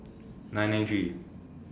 nine nine three